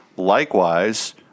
Likewise